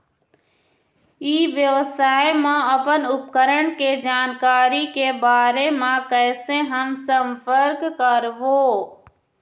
ई व्यवसाय मा अपन उपकरण के जानकारी के बारे मा कैसे हम संपर्क करवो?